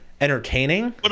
entertaining